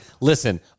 listen